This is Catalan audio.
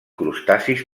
crustacis